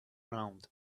round